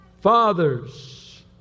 Fathers